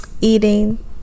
eating